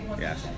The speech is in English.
Yes